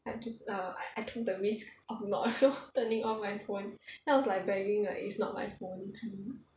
I just err I I took the risk of not turning off my phone then I was like begging like it's not my phone please